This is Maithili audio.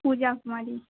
पूजा कुमारी